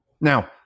Now